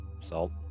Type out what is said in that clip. Salt